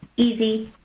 easy